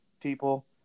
people